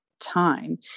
time